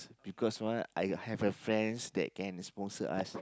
because what I have a friends that can sponsor us